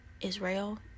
Israel